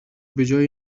بجای